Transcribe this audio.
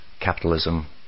capitalism